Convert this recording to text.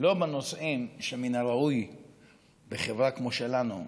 לא בנושאים שמן הראוי בחברה כמו שלנו,